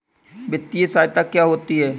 वित्तीय सहायता क्या होती है?